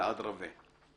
אלעד רווה.